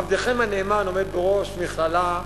עבדכם הנאמן עומד בראש מכללה,